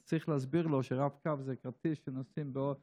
אז צריך להסביר לו שרב-קו זה כרטיס לנסיעה באוטובוסים.